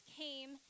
came